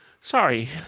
Sorry